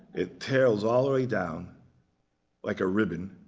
it tails all the way down like a ribbon.